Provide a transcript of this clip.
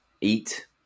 eat